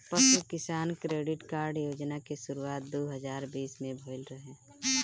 पशु किसान credit card योजना के शुरुआत दू हज़ार बीस में भइल रहे